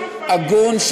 הגון,